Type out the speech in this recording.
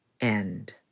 end